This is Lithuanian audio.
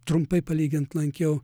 trumpai palygint lankiau